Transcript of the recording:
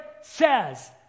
says